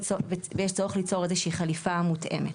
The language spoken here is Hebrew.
ויש צורך ליצור איזו שהיא חליפה מותאמת.